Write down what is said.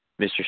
Mr